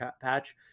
patch